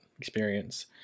experience